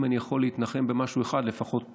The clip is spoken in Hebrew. אם אני יכול להתנחם במשהו אחד בינתיים,